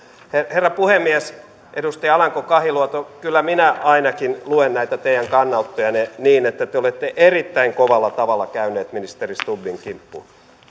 herra puhemies edustaja alanko kahiluoto kyllä minä ainakin luen näitä teidän kannanottojanne niin että te te olette erittäin kovalla tavalla käyneet ministeri stubbin kimppuun